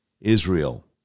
Israel